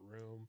room